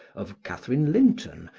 of catherine linton,